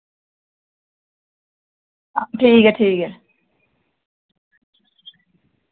ठीक ऐ ठीक ऐ